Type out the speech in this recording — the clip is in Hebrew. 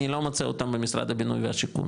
אני לא מוצא אותם במשרד הבינוי והשיכון,